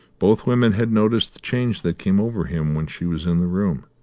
both women had noticed the change that came over him when she was in the room.